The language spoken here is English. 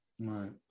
Right